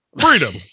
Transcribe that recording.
Freedom